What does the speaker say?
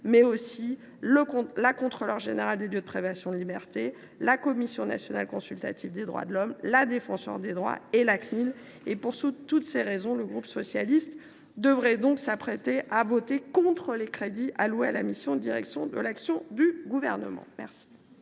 mais aussi la Contrôleure générale des lieux de privation de liberté, la Commission nationale consultative des droits de l’Homme, la Défenseure des droits et la Cnil. Pour toutes ces raisons, le groupe Socialiste, Écologiste et Républicain s’apprête à voter contre les crédits alloués à la mission « Direction de l’action du Gouvernement ».